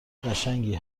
قشنگی